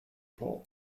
pole